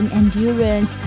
endurance